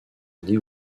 ornée